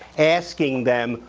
asking them,